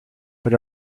but